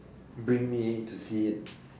bring me to see it